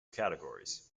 categories